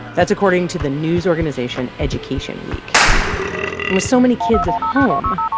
that's according to the news organization education week. and with so many kids at home,